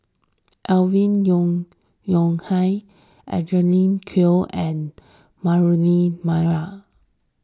Alvin Yeo Khirn Hai Angelina Choy and Murali Pillai